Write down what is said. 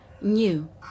new